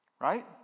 Right